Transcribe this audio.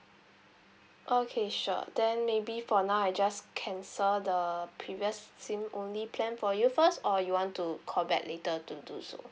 okay sure then maybe for now I just cancel the previous SIM only plan for you first or you want to call back later to do so